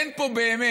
אין פה באמת,